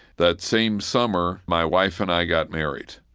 that same summer, my wife and i got married,